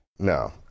No